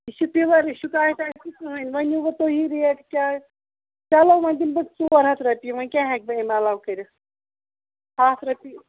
یہِ چھُ پِیور شِکایَت آسہِ نہٕ کٕہٕنۍ ؤنِو وَن تُہی ریٹ کیاہ آسہِ چلو وَن دِمہٕ بہٕ ژور ہَتھ رۄپیہِ وۄنۍ کیاہ ہٮ۪کہٕ بہٕ اَمہِ علاوٕ کٔرِتھ ہتھ رۄپیہِ